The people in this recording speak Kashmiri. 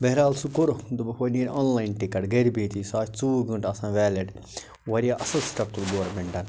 بہرحال سُہ کوٚرُکھ دوٚپُکھ وَنہِ نیرٕ آن لاین ٹِکٹ گَرِ بِہِتھی سُہ آسہِ ژۆوُہ گٲنٹہٕ آسان ویلِڈ واریاہ اَصٕل سِٹَپ تُل گورمٮ۪نٛٹَن